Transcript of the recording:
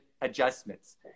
adjustments